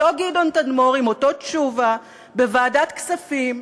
אותו גדעון תדמור עם אותו תשובה, בוועדת הכספים,